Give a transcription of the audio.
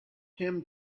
him